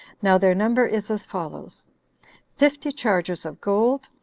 now their number is as follows fifty chargers of gold,